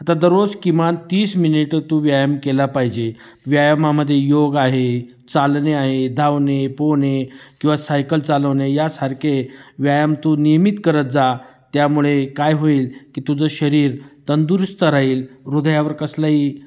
आता दररोज किमान तीस मिनिट तू व्यायाम केला पाहिजे व्यायामामध्ये योग आहे चालणे आहे धावणे पोहणे किंवा सायकल चालवणे यासारखे व्यायाम तू नियमित करत जा त्यामुळे काय होईल की तुझं शरीर तंदुरुस्त राहील हृदयावर कसलाही